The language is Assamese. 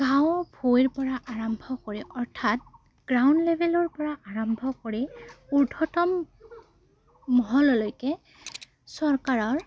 গাঁও ভুঁইৰ পৰা আৰম্ভ কৰি অৰ্থাৎ গ্ৰাউণ্ড লেভেলৰ পৰা আৰম্ভ কৰি উৰ্ধতম মহললৈকে চৰকাৰৰ